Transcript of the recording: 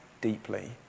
deeply